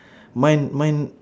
mine mine